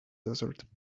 desert